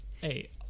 Hey